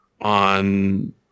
on